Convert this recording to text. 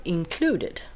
Included